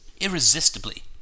irresistibly